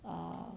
err